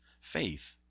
faith